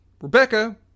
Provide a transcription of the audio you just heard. Rebecca